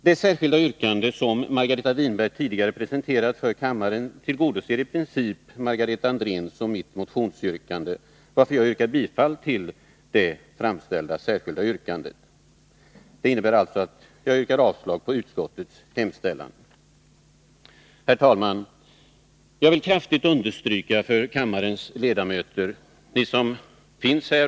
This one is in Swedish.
Det särskilda yrkande som Margareta Winberg tidigare presenterat för kammaren tillgodoser i princip Margareta Andréns och mitt motionsyrkande, varför jag yrkar bifall till det framställda särskilda yrkandet. Det innebär att jag yrkar avslag på utskottets hemställan. Herr talman! Jag vänder mig nu både till de ledamöter som finns här i kammaren och till dem som hör på debatten på annat håll.